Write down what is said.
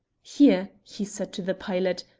here! he said to the pilot,